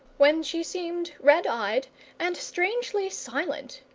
when she seemed red-eyed and strangely silent,